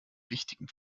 wichtigen